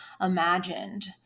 imagined